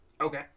Okay